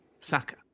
Saka